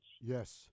Yes